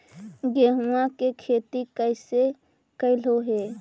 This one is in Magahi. गेहूआ के खेती कैसे कैलहो हे?